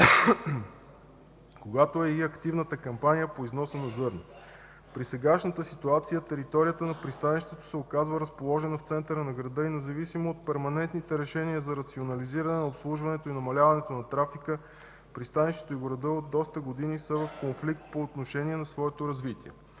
когато е и активната кампания по износа на зърно. При сегашната ситуация територията на пристанището се оказва разположена в центъра на града и независимо от перманентните решения за рационализиране на обслужването и намаляването на трафика, пристанището и града от доста години са в конфликт по отношение на своето развитие.